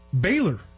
Baylor